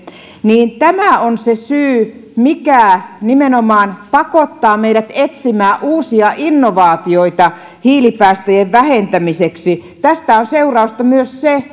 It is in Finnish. on se syy mikä nimenomaan pakottaa meidät etsimään uusia innovaatioita hiilipäästöjen vähentämiseksi tästä on seurausta myös se